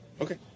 Okay